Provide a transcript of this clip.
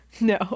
no